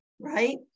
right